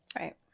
Right